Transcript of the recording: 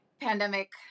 pandemic